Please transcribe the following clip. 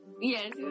yes